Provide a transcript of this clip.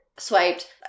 swiped